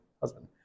husband